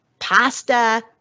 Pasta